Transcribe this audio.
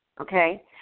okay